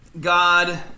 God